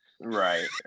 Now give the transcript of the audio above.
Right